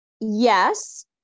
Yes